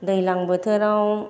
दैज्लां बोथोराव